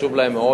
וחשוב להם מאוד